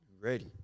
ready